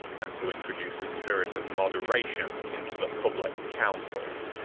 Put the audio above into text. and to introduce a spirit of moderation into the public councils.